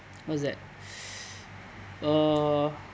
what's that uh